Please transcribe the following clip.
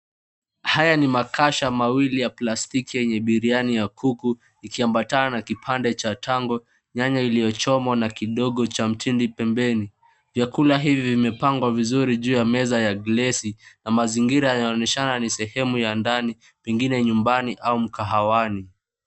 Haya ni makasha mawili ya plastiki yenye biriani ya kuku ikiambatana na kipande cha tango, nyanya iliyochomwa na kidogo cha mtindi pembeni. Vyakula hivi vimepangwa vizuri juu ya meza ya glass na mazingira yanaonyeshana ni sehemu ya ndani pengine nyumbani au mkahawani.